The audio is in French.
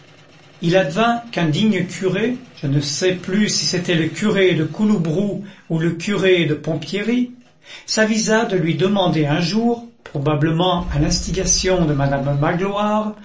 il advint qu'un digne curé je ne sais plus si c'était le curé de couloubroux ou le curé de pompierry s'avisa de lui demander un jour probablement à l'instigation de madame magloire